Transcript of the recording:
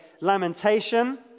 lamentation